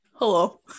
Hello